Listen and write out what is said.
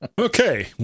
Okay